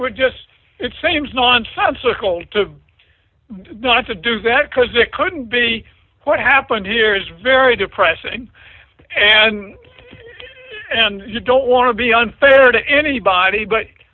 we're just it seems nonsensical to the want to do that because it couldn't be what happened here is very depressing and and you don't want to be unfair to anybody but